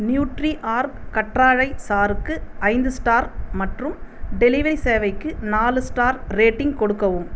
நியூட்ரிஆர்க் கற்றாழை சாற்றுக்கு ஐந்து ஸ்டார் மற்றும் டெலிவரி சேவைக்கு நாலு ஸ்டார் ரேட்டிங் கொடுக்கவும்